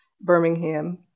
Birmingham